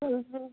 હમ હં